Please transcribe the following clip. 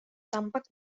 tampak